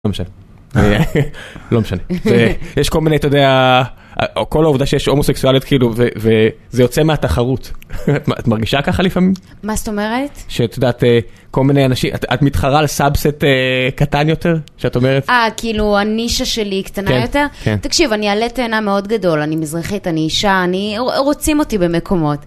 לא משנה, לא משנה, יש כל מיני, אתה יודע, כל העובדה שיש הומוסקסואליות כאילו, וזה יוצא מהתחרות, את מרגישה ככה לפעמים? מה זאת אומרת? שאת יודעת, כל מיני אנשים, את מתחרה על סאבסט קטן יותר, שאת אומרת? אה, כאילו הנישה שלי היא קטנה יותר? כן, כן. תקשיב, אני עלי תאנה מאוד גדול, אני מזרחית, אני אישה, אני, רוצים אותי במקומות.